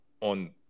on